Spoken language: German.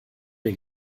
mir